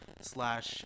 slash